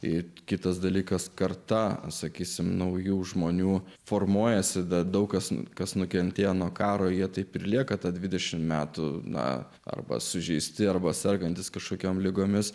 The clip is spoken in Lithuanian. ir kitas dalykas karta sakysime naujų žmonių formuojasi dar daug kas kas nukentėjo nuo karo jie taip ir lieka tad dvidešimt metų na arba sužeisti arba sergantis kažkokiom ligomis